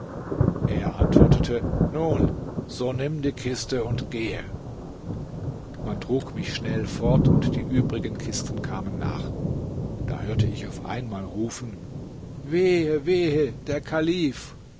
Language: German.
er antwortete nun so nimm die kiste und gehe man trug mich schnell fort und die übrigen kisten kamen nach da hörte ich auf einmal rufen wehe wehe der kalif